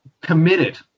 committed